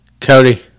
Cody